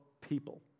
people